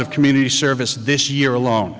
of community service this year alone